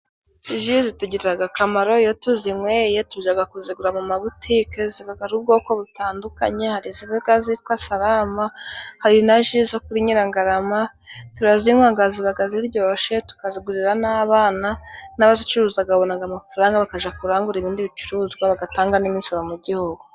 Ji zitugiriraga akamaro, iyo tuzinweye, tujaga kuzigura mu mabutike, zibaga ari ubwoko butandukanye, hari izibaga zitwa Salama, hari na ji zo kuri Nyirangarama, turazinwaga, zibaga ziryoshe, tukazigurira n'abana, n'abazicuruzaga babonaga amafaranga, bakaja kurangura ibindi bicuruzwa, bagatanga n'imisoro mu gihugu.